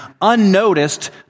unnoticed